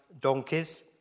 donkeys